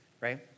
right